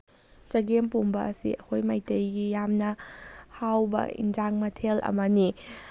ꯆꯒꯦꯝꯄꯣꯝꯕ ꯑꯁꯤ ꯑꯩꯈꯣꯏ ꯃꯩꯇꯩꯒꯤ ꯌꯥꯝꯅ ꯍꯥꯎꯕ ꯑꯦꯟꯁꯥꯡ ꯃꯊꯦꯜ ꯑꯃꯅꯤ